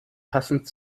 passend